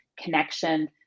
connection